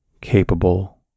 capable